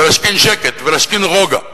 ולהשכין שקט, ולהשכין רוגע,